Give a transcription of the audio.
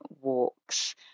walks